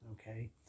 okay